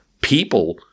People